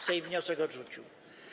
Sejm wniosek odrzucił.